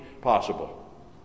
possible